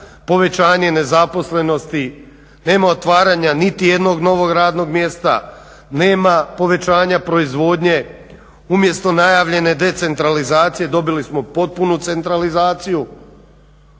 povećanje nezaposlenosti, nema otvaranja niti jednog novog radnog mjesta, nema povećanja proizvodnje. Umjesto najavljene decentralizacije dobili smo potpunu centralizaciju.